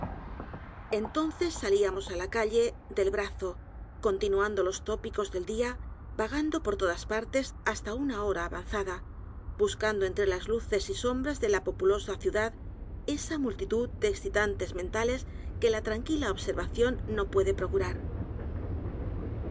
entonces salíamos á la calle del brazo continuando los tópicos del día vagando por todas partes hasta una hora avanzada buscando entre las luces y sombras de la populosa ciudad esa multitud de excitantes menedgar poe novelas y cuentos tales que la tranquila observación no puede procurar